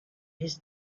his